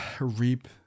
reap